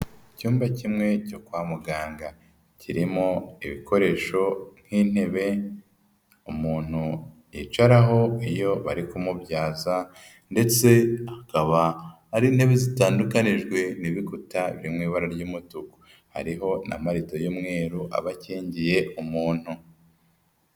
Icyumba kimwe cyo kwa muganga kirimo ibikoresho nk'intebe umuntu yicaraho iyo bari kumubyaza ndetse akaba ari intebe zitandukanijwe n'ibikuta biri mu ibara ry'umutuku, hariho n'amarido y'umweru aba akingiye umuntu.